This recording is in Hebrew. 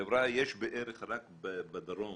חבריה, רק בדרום